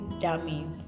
dummies